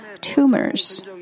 tumors